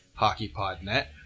HockeyPodNet